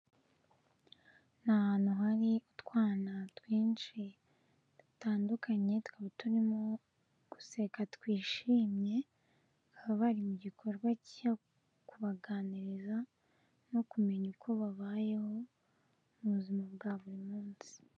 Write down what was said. Ni ahantu hari utwana twinshi dutandukanye, tukaba turimo guseka, twishimye, bakaba bari mu gikorwa cyo kubaganiriza, no kumenya uko babayeho mu buzima bwa buri munsi.